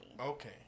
Okay